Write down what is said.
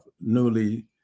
newly